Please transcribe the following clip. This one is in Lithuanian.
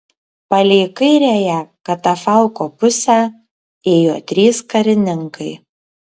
palei kairiąją katafalko pusę ėjo trys karininkai